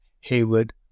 Haywood